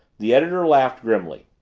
the editor laughed grimly.